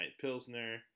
pilsner